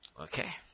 Okay